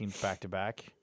back-to-back